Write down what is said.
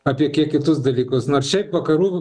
apie kiek kitus dalykus nors šiaip vakarų